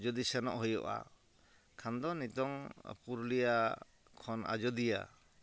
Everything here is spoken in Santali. ᱡᱩᱫᱤ ᱥᱮᱱᱚᱜ ᱦᱩᱭᱩᱜᱼᱟ ᱠᱷᱟᱱᱫᱚ ᱱᱤᱛᱚᱝ ᱯᱩᱨᱩᱞᱤᱭᱟ ᱠᱷᱚᱱ ᱟᱡᱚᱫᱤᱭᱟᱹ